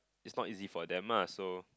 it's not easy for them mah so